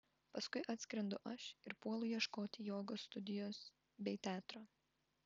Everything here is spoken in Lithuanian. paskui atskrendu aš ir puolu ieškoti jogos studijos bei teatro